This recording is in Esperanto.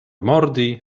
mordi